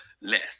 less